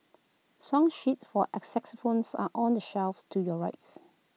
song sheets for xylophones are on the shelf to your rights